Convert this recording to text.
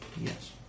Yes